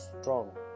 strong